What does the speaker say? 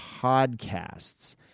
podcasts